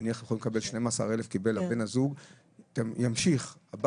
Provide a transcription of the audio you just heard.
נגיד קיבל בן הזוג 12,000 ימשיך בת